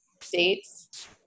States